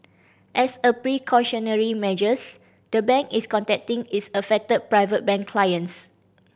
as a precautionary measures the bank is contacting its affected Private Bank clients